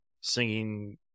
singing